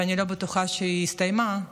ואני לא בטוחה שהיא הסתיימה,